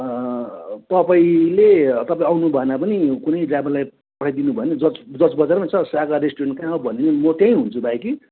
तपाईँले तपाईँ आउनु भएन भने कुनै ड्राइभरलाई पठाइ दिनुभयो भने जज जज बजारमै छ सागर रेस्टुरेन्ट कहाँ हो भन्ने म त्यहीँ हुन्छु भाइ कि